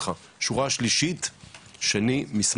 מברך אותך על התפקיד וגם על זה